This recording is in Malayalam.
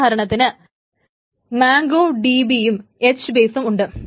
ഉദാഹരണത്തിന് മോൻഗോ DB യും H ബേസും ഉണ്ട്